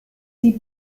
sie